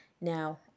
Now